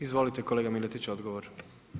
Izvolite kolega Miletić, odgovor.